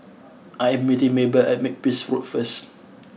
I am meeting Maybelle at Makepeace Road first